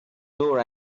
door